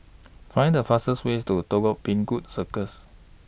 Find The fastest ways to Telok Paku Circus